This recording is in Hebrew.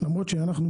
למרות שאנחנו,